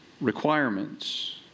requirements